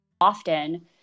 Often